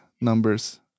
numbers